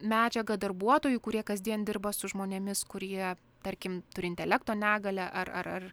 medžiaga darbuotojų kurie kasdien dirba su žmonėmis kurie tarkim turi intelekto negalią ar ar ar